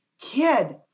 kid